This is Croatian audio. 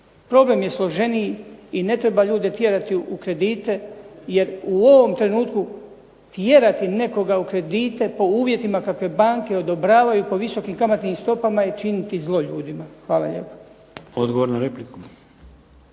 Problem je složeniji i ne treba ljude tjerati u kredite jer u ovom trenutku tjerati nekoga u kredite po uvjetima kakve banke odobravaju, po visokim kamatnim stopama je činiti zlo ljudima. Hvala lijepa.